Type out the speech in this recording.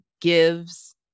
gives